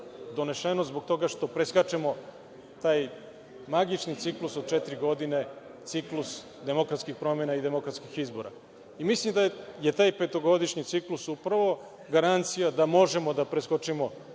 donešeno zbog toga što preskačemo taj magični ciklus od četiri godine, ciklus demokratskih promena i demokratskih izbora. Mislim da je taj petogodišnji ciklus, upravo, garancija da možemo da preskočimo